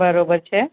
બરાબર છે